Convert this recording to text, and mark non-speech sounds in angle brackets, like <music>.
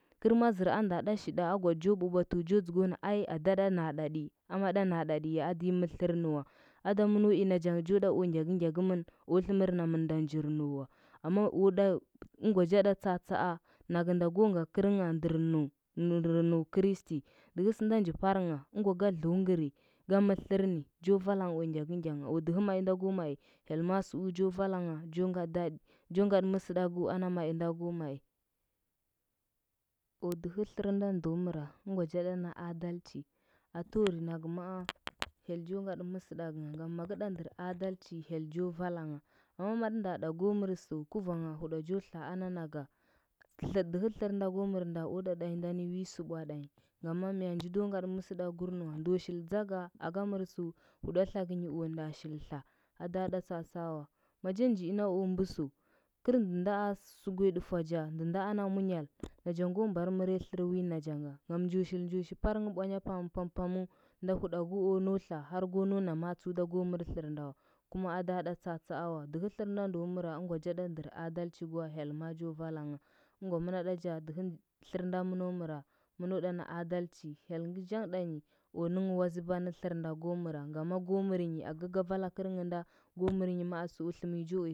Kɚr ma zɚra a nda ɗa shi ɗa a gwa ɗɚcho bwabwatungɚ cho dzugwa na adaɗa naɗati, amaɗa naɗati ya ada yi mɚr tlɚrnɚ wa ada mɚno i nachang o ɗa o ngyakɚngya kɚmɚn o tlɚmɚr namɚnda njir nɚu o a ɚngwa ja ɗa tsaatsaa nagɚnda ko nga kɚrngha ndɚrnu, ndɚrnu kristi ɚngwa ga dlakɚri ga mɚr tlɚrni o valangha o ngyakɚngha o dɚhɚ mai nda ko mai hyel ma tsuu jo valangha jo ngat daɗi, jo ngat mɚsɚɗagu o mai nda o mai o dɚhɚ tlɚr nda do mɚra ɚngwa ja ɗa na adaici ato nɚkɚ maa hyel <noise> jo ngatɚ mɚsɚɗagɚnɚha ngam magɚ ɗa nɚɚr adalci hyel jo valangha amma malɚnda ɗa go mɚrsɚu, kuvanghba huɗajo tla ana naga <unintelligible> dɚhɚ tlɚrnda go mɚrnda o ɗaindani ɗaindani we sɚ bwaɗanyi ngama mya ndɚda ngaɗɚ mɚsɚdagkur nɚ wa ndo shili tsaga aka mɚrsu huɗa tlakɚnyi o nda shil tla ada ɗa tsaatsaa wa moja njiinda o mbɚsɚu kɚr ndɚnda a hɚbiya dufaja, ndɚnda ana munyal najango mbar mɚrtlɚr wi nachanga ngam njo shili njo shi parɚng bwanya pam pam pamu nda huɗago iyaa nau tla, har go nau na ma tsuda ga mɚr tlarnda wa, kuma ada ɗa tsaatsaa wa dɚhɚ tlɚrnda ndo mɚra ɚngwa ja ɗa ndɚr adalci cha, hyel maa ja valanga ɚngwa mɚna ɗa ja dɚhɚ tlɚrnda mɚno mɚra mɚno ɗana adalci. Hyelngɚ zhanghtanyi o nɚnghɚ wazɚba nɚ tlɚrnda go mɚra, ngama go mɚrnyi aga ga vala gɚrnghnda go mɚrnyi ma tsu tlɚmɚngh jo uya